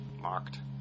Marked